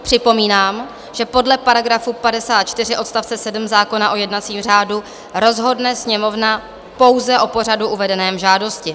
Připomínám, že podle § 54 odst. 7 zákona o jednacím řádu rozhodne Sněmovna pouze o pořadu uvedeném v žádosti.